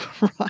right